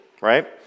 right